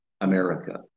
America